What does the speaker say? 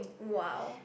!wow!